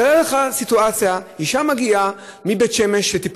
תאר לך סיטואציה: אישה מגיעה מבית-שמש עם תינוק